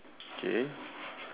blue and white